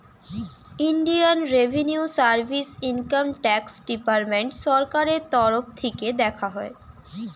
Indian revenue service income tax department সরকারের তরফ থিকে দেখা হয়